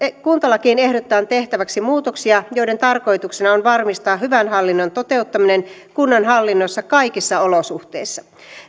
kuntalakiin ehdotetaan tehtäväksi muutoksia joiden tarkoituksena on varmistaa hyvän hallinnon toteuttaminen kunnan hallinnossa kaikissa olosuhteissa